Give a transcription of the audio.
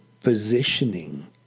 positioning